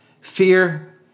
fear